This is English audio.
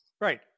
Right